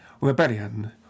Rebellion